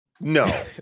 No